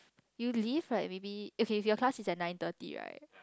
you leave like maybe okay if your class is at nine thirty right